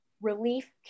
relief